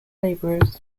laborers